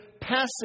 passive